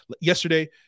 yesterday